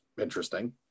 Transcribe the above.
interesting